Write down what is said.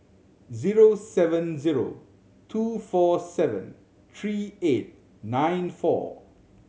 zero seven zero two four seven three eight nine four